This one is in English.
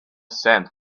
sand